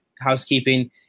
Housekeeping